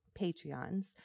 Patreons